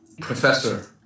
Professor